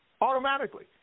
automatically